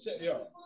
Yo